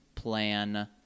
plan